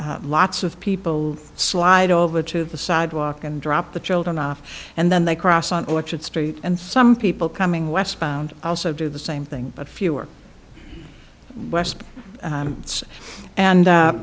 lots of people slide over to the sidewalk and drop the children off and then they cross on orchard street and some people coming westbound also do the same thing but fewer